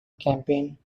campaign